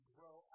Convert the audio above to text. grow